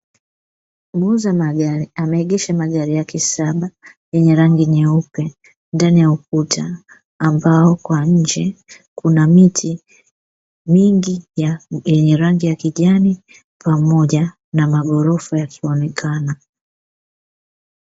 Muuza magari ameegesha magari yake saba yenye rangi nyeupe ndani ya ukuta, ambao kwa nje kuna miti mingi yenye rangi ya kijani pamoja na magorofa yakionekana.